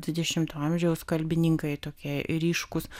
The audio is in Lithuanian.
dvidešimto amžiaus kalbininkai tokie ryškūs